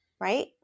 right